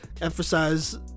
emphasize